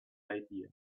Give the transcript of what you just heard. idea